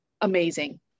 amazing